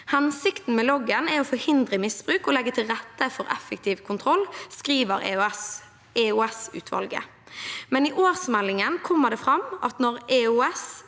Hensikten med loggen er å forhindre misbruk og legge til rette for effektiv kontroll, skriver EOS-utvalget. Men i årsmeldingen kommer det fram at når